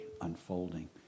unfolding